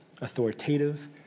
authoritative